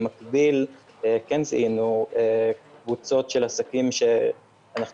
במקביל זיהינו קבוצות של עסקים שאנחנו